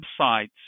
websites